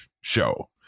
show